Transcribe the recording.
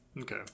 Okay